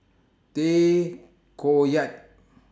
Tay Koh Yat